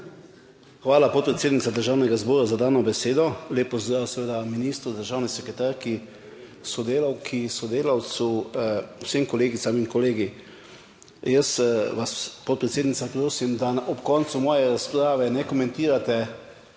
Hvala podpredsednica Državnega zbora za dano besedo. Lep pozdrav seveda ministru, državni sekretarki, sodelavki, sodelavcu, vsem kolegicam in kolegi. Jaz vas podpredsednica prosim, da ob koncu moje razprave ne komentirate